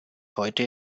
heute